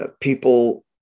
people